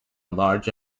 large